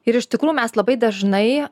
ir iš tikrųjų mes labai dažnai